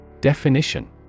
definition